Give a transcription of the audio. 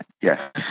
yes